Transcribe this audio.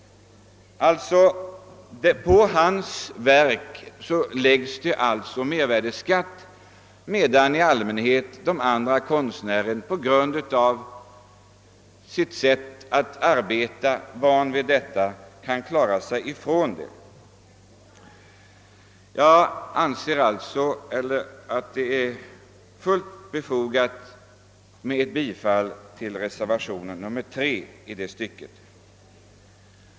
På den konstnärens alster läggs således mervärdeskatt, medan andra konstnärer på grund av sitt sätt att arbeta, eller kanske på grund av att de har vana vid sådana saker, kan slippa att ta ut mervärdeskatt på sina arbeten. Jag anser alltså att det är fullt befogat att yrka bifall till reservationen nr 3 i detta stycke.